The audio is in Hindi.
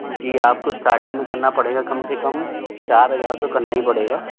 जी आपको स्टार्टिंग में करना पड़ेगा कम से कम चार हज़ार तो करना ही पड़ेगा